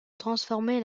transformer